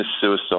suicide